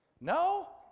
No